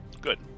good